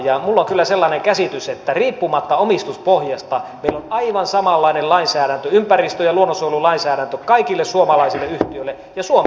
minulla on kyllä sellainen käsitys että riippumatta omistuspohjasta meillä on aivan samanlainen ympäristö ja luonnonsuojelulainsäädäntö kaikille suomalaisille yhtiöille ja suomessa toimiville yhtiöille